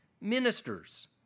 ministers